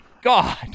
God